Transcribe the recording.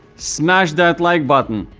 smash that like button.